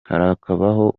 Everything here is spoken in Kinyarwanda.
harakabaho